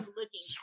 looking